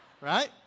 Right